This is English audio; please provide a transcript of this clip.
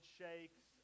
shakes